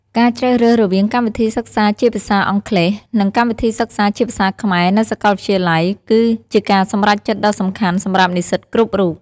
ការជ្រើសរើសរវាងកម្មវិធីសិក្សាជាភាសាអង់គ្លេស និងកម្មវិធីសិក្សាជាភាសាខ្មែរនៅសាកលវិទ្យាល័យ គឺជាការសម្រេចចិត្តដ៏សំខាន់សម្រាប់និស្សិតគ្រប់រូប។